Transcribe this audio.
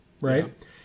right